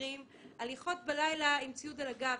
מאתגרים כמו הליכות בלילה עם ציוד על הגב.